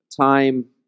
time